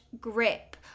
grip